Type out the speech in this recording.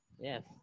Yes